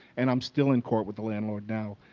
and i'm still in court with the landlord now.